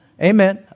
Amen